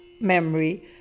memory